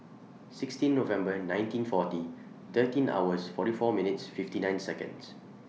sixteen Nov nineteen forty thirteen hours forty four minutes fifty nine Seconds